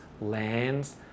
lands